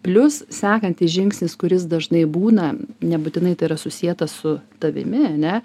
plius sekantis žingsnis kuris dažnai būna nebūtinai tai yra susieta su tavimi ane